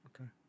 okay